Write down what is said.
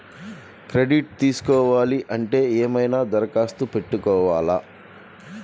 Credit తీసుకోవాలి అంటే ఏమైనా దరఖాస్తు పెట్టుకోవాలా?